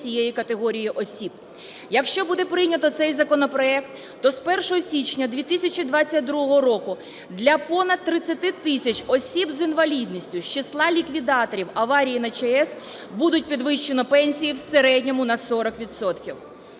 Якщо буде прийнято цей законопроект, то з 1 січня 2022 року для понад 30 тисяч осіб з інвалідністю з числа ліквідаторів аварії на ЧАЕС буде підвищено пенсії в середньому на 40